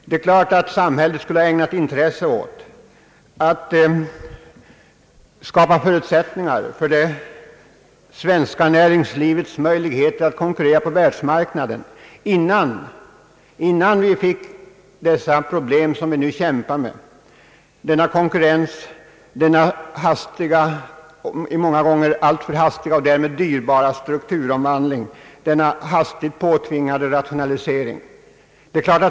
Det är klart att samhället borde ha ägnat intresse åt att skapa förutsättningar för det svenska näringslivets möjligheter att konkurrera på världsmarknaden innan vi fick de problem som vi nu kämpar med — konkurrensen, den många gånger alltför hastiga och därmed dyrbara strukturomvandlingen och den hastigt påtvingade rationaliseringen.